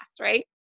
right